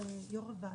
המדע